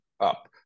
up